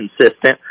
consistent